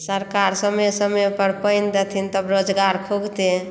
सरकार समय समय पर पानि देथिन तब रोजगार खुजतै